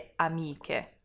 amiche